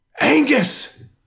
Angus